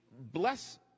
bless